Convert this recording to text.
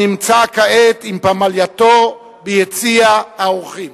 הנמצא כעת עם פמלייתו ביציע האורחים.